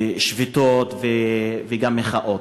שביתות וגם מחאות.